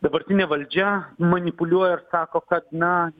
dabartinė valdžia manipuliuoja ir sako kad na